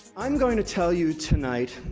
i'm going to tell you, tonight,